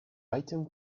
item